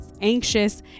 anxious